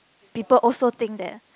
people also think that